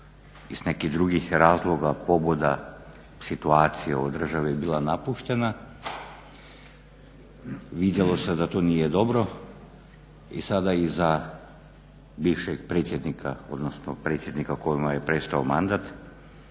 iz nekih drugih razloga, pobuda, situacija u državi bila napuštena, vidjelo se da to nije dobro i sada i za bivšeg predsjednika odnosno predsjednika kojima je prestao mandat